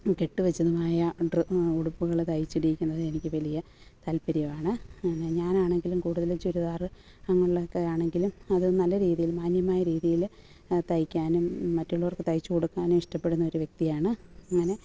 കെട്ടി വച്ചതുമായ ഉടുപ്പുകൾ തയ്ച്ച് ഇടീക്കുന്നത് എനിക്ക് വലിയ താല്പര്യമാണ് പിന്നെ ഞാൻ ആണെങ്കിലും കൂടുതലും ചുരിദാർ അങ്ങനെ ഉള്ളതൊക്കെ ആണെങ്കിലും അത് നല്ല രീതിയിൽ മാന്യമായ രീതിയിൽ തയ്ക്കാനും മറ്റുള്ളവർക്ക് തയ്ച്ച് കൊടുക്കാനും ഇഷ്ടപ്പെടുന്നൊരു വ്യക്തിയാണ് അങ്ങനെ